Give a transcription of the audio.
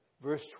Verse